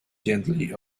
gently